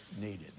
needed